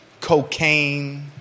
cocaine